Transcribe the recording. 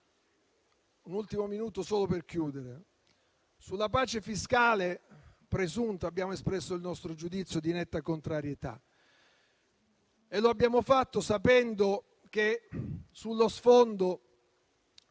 in conclusione, sulla pace fiscale presunta abbiamo espresso il nostro giudizio di netta contrarietà e lo abbiamo fatto sapendo che sullo sfondo